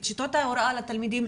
את שיטות ההוראה לתלמידים,